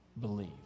Believe